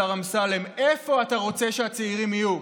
השר אמסלם: איפה אתה רוצה שהצעירים יהיו?